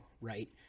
right